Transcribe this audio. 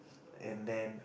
and then